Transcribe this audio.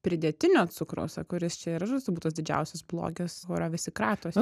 pridėtinio cukraus o kuris čia yra turbūt tas didžiausias blogis kurio visi kratosi